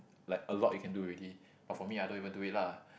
like a lot you can do already but for me I don't even do it lah